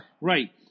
Right